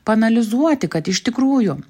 paanalizuoti kad iš tikrųjų